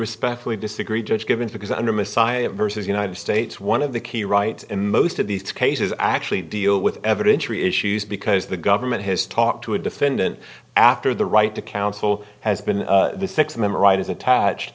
respectfully disagree judge given because under messiah versus united states one of the key rights in most of these cases actually deal with evidentiary issues because the government has talked to a defendant after the right to counsel has been the six member right is attached